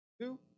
Two